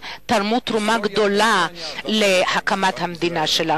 רבות תרמו תרומה גדולה להקמת המדינה.